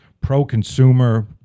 pro-consumer